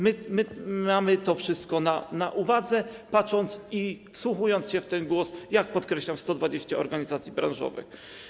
My mamy to wszystko na uwadze, patrząc i wsłuchując się w ten głos, jak podkreślam, 120 organizacji branżowych.